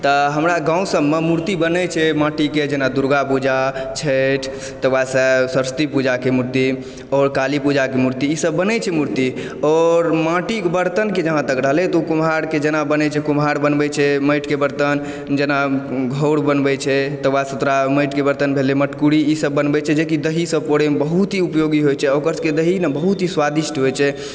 तऽ हमरा गाव सभमे मूर्ति बनै छै माटि के जेना दुर्गा पूजा छठि तकर बाद सऽ सरसती पूजा के मूर्ति आओर काली पूजा के मूर्ति ई सभ बनै छै मूर्ति आओर माटिक बर्तन के जहाँ तक रहलै तऽ ओ कुम्हार के जेना बनै छै कुम्हार बनबै छै माटि के बर्तन जेना घौर बनबै छै तऽ साफ सुथरा माटि के बर्तन भेलै मटकुड़ी ई सभ बनबै छै जेकि दही पौड़ैमे बहुत ही उपयोगी होइ छै ओकर सभके दही ने बहुत ही स्वादिष्ट होइ छै